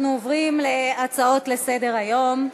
אנחנו עוברים להצעות לסדר-היום: